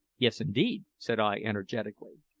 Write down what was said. yes, indeed, said i energetically.